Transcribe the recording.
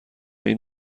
این